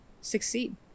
succeed